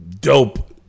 dope